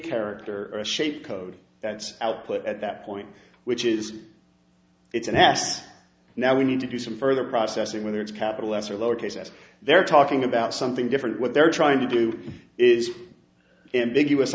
character or a shape code that's output at that point which is it's an ast now we need to do some further processing whether it's capital s or lowercase s they're talking about something different what they're trying to do is